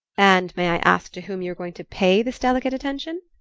and may i ask to whom you are going to pay this delicate attention?